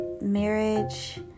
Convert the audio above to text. marriage